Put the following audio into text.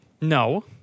no